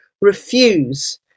refuse